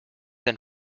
than